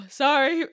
sorry